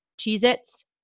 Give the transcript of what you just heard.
Cheez-Its